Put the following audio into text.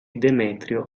demetrio